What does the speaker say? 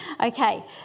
Okay